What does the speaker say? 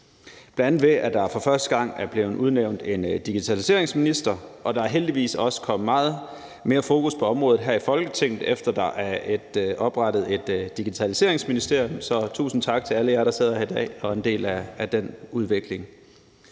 bl.a. ved at der for første gang er blevet udnævnt en digitaliseringsminister, og der er heldigvis også kommet meget mere fokus på området her i Folketinget, efter der er oprettet et digitaliseringsministerium, så tusind tak til alle jer, der sidder her i dag og er en del af den udvikling.